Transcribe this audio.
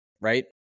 right